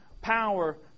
power